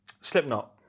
Slipknot